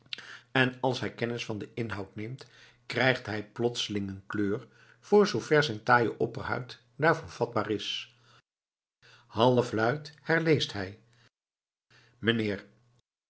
en als hij kennis van den inhoudt neemt krijgt hij plotseling een kleur voor zoover zijn taaie opperhuid daarvoor vatbaar is halfluid herleest hij mijnheer